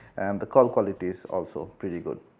and the call quality is also pretty good.